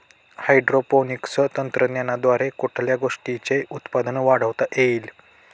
Hydroponics तंत्रज्ञानाद्वारे कुठल्या गोष्टीचे उत्पादन वाढवता येईल?